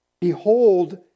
Behold